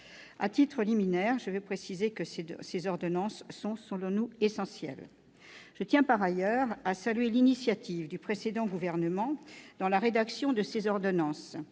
À titre liminaire, je veux préciser que, selon nous, ces ordonnances sont essentielles. Je tiens, par ailleurs, à saluer l'implication du précédent gouvernement dans la rédaction de ces ordonnances,